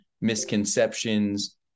misconceptions